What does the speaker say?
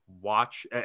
watch